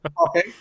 Okay